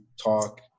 talk